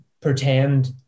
pretend